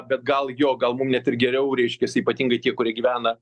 bet gal jo gal mum net ir geriau reiškiasi ypatingai tie kurie gyvena